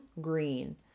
green